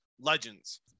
legends